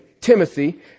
Timothy